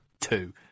two